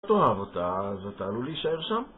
אתה אוהב אותה אז אתה עלול להישאר שם?